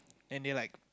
then they like